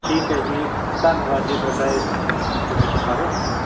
ਠੀਕ ਹੈ ਜੀ ਧੰਨਵਾਦ ਜੀ ਤੁਹਾਡਾ ਇਸ ਇਨਫੋਰਮੇਸ਼ਨ ਬਾਰੇ